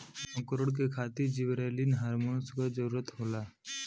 अंकुरण के खातिर जिबरेलिन हार्मोन क जरूरत होला